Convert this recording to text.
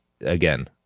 again